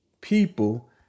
people